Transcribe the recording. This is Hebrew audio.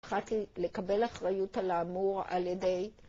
החלטתי לקבל אחריות על האמור על ידי...